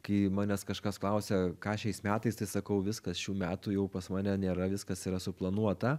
kai manęs kažkas klausia ką šiais metais tai sakau viskas šių metų jau pas mane nėra viskas yra suplanuota